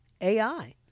AI